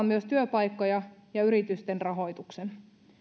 myös työpaikkoja ja yritysten rahoituksen